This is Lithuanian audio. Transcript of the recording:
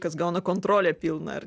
kas gauna kontrolę pilną ar